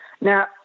Now